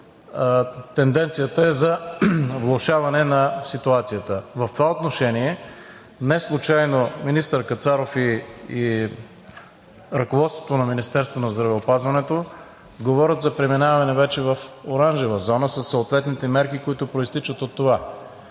тенденцията е за влошаване на ситуацията. В това отношение неслучайно министър Кацаров и ръководството на Министерството на здравеопазването говорят за преминаване вече в оранжева зона със съответните мерки, които произтичат от това,